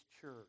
church